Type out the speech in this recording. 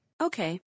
okay